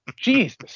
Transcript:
Jesus